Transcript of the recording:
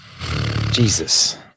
Jesus